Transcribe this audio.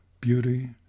beauty